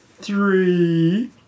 three